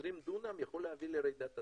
יכול להביא לרעידת אדמה.